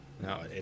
no